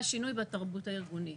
והשינוי בתרבות הארגונית.